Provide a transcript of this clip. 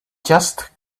just